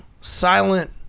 silent